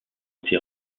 été